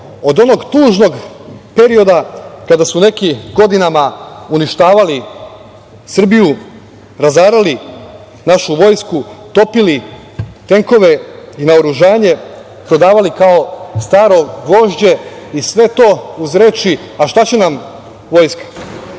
od onog tužnog perioda kada su neki godinama uništavali Srbiju, razarali našu vojsku, topili tenkove i naoružanje, prodavali kao staro gvožđe i sve to uz reči – a šta će nam vojska.